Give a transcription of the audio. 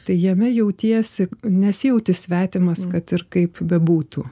tai jame jautiesi nesijauti svetimas kad ir kaip bebūtų